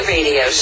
Radio